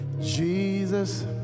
Jesus